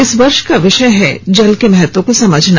इस वर्ष का विषय है जल के महत्व को समझना